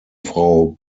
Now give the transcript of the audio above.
frau